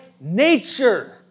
nature